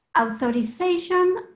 authorization